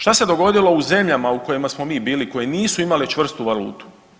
Šta se dogodilo u zemljama u kojima smo mi bili koje nisu imale čvrstu valutu?